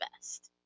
best